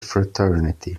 fraternity